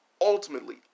ultimately